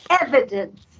evidence